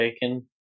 Bacon